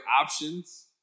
options